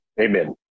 Amen